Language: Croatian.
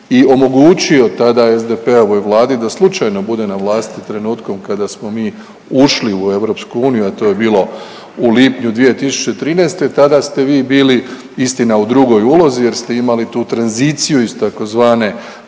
i omogućio tada SDP-ovoj Vladi da slučajno bude na vlasti trenutkom kada smo mi ušli u EU, a to je bilo u lipnju 2013. Tada ste vi bili istina u drugoj ulozi jer ste imali tu tranziciju iz tzv.